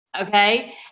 okay